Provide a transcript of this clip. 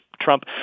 Trump